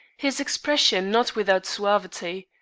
his expression not without suavity.